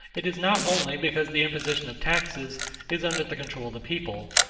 it is not only because the imposition of taxes is under the control of the people,